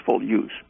use